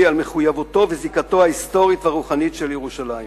על מחויבותו וזיקתו ההיסטורית והרוחנית לירושלים.